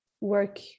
work